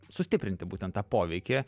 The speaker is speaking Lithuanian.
sustiprinti būtent tą poveikį